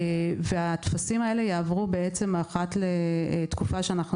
הטפסים האלה יעברו אחת לתקופה שאנחנו